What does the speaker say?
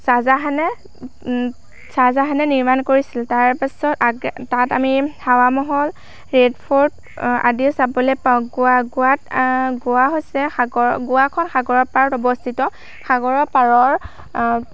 চাহজাহানে চাহজাহানে নিৰ্মাণ কৰিছিল তাৰপাছত তাত আমি হাৱা মহল ৰেড ফৰ্ট আদি চাবলৈ পাওঁ গোৱা গোৱাত গোৱা হৈছে সাগৰ গোৱাখন সাগৰৰ পাৰত অৱস্থিত সাগৰৰ পাৰৰ